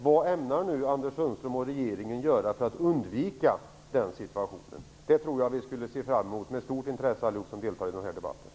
Vad ämnar nu Anders Sundström och regeringen göra för att undvika den situationen? Det tror jag att vi allihop som deltar i den här debatten med stort intresse ser fram emot att höra.